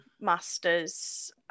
master's